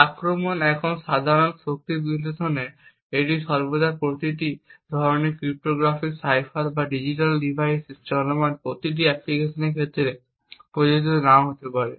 আক্রমণ এখন সাধারণ শক্তি বিশ্লেষণে এটি সর্বদা প্রতিটি ধরণের ক্রিপ্টোগ্রাফিক সাইফার বা ডিজিটাল ডিভাইসে চলমান প্রতিটি অ্যাপ্লিকেশনের ক্ষেত্রে প্রযোজ্য নাও হতে পারে